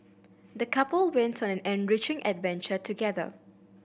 the couple went on an enriching adventure together